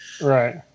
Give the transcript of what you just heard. Right